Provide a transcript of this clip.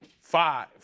five